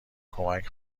کمک